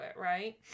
right